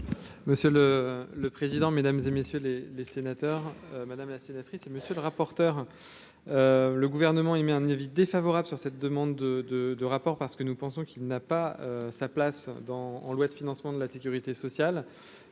Monsieur le le président, mesdames et messieurs les les sénateurs, madame la sénatrice et monsieur le rapporteur, le Gouvernement émet un avis défavorable sur cette demande de, de, de rapport parce que nous pensons qu'il n'a pas sa place dans en loi de financement de la Sécurité sociale